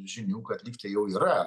žinių kad lygtai jau yra